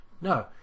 no